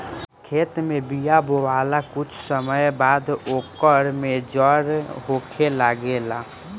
खेत में बिया बोआला के कुछ समय बाद ओकर में जड़ होखे लागेला